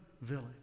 village